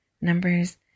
numbers